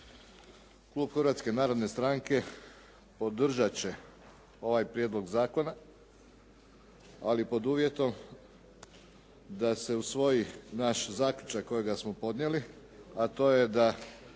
Klub Hrvatske narodne stranke podržat će ovaj prijedlog zakona, ali pod uvjetom da se usvoji naš zaključak kojega smo podnijeli, a to je da